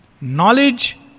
knowledge